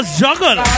juggle